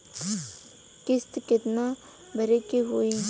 किस्त कितना भरे के होइ?